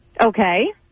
Okay